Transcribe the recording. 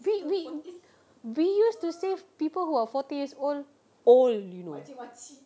we we used to say people who are forty years old old you know